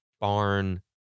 barn